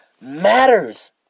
matters